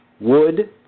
wood